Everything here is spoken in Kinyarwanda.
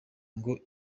ngo